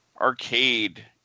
Arcade